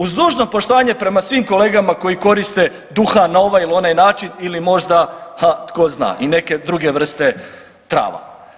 Uz dužno poštovanje prema svim kolegama koji koriste duhan na ovaj ili onaj način ili možda, ha, tko zna, i neke druge vrste trava.